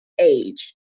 age